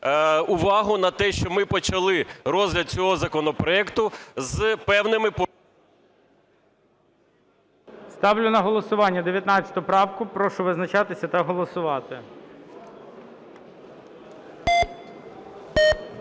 увагу на те, що ми почали розгляд цього законопроекту з певними… ГОЛОВУЮЧИЙ. Ставлю на голосування 19 правку. Прошу визначатися та голосувати.